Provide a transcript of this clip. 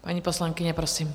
Paní poslankyně, prosím.